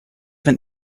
have